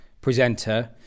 presenter